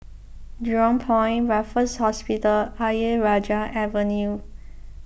Jurong Point Raffles Hospital Ayer Rajah Avenue